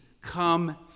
come